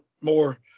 more